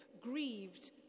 grieved